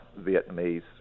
Vietnamese